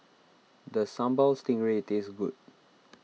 does Sambal Stingray taste good